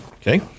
Okay